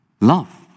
love